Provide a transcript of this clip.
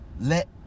Let